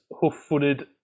hoof-footed